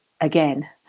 again